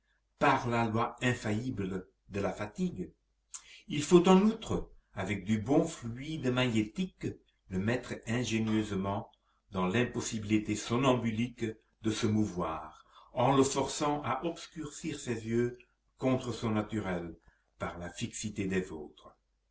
par la loi infaillible de la fatigue il faut en outre avec du bon fluide magnétique le mettre ingénieusement dans l'impossibilité somnambulique de se mouvoir en le forçant à obscurcir ses yeux contre son naturel par la fixité des vôtres